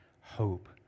hope